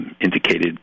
indicated